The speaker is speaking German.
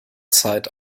zeit